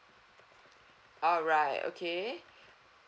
alright okay